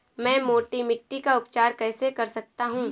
मैं मोटी मिट्टी का उपचार कैसे कर सकता हूँ?